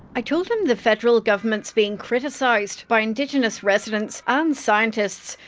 i told him the federal government is being criticised by indigenous residents and scientists,